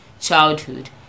childhood